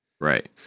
Right